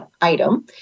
item